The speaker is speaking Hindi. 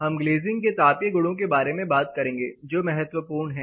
हम ग्लेजिंग के तापीय गुणों के बारे में बात करेंगे जो महत्वपूर्ण है